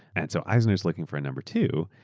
and so eisner was looking for a number two.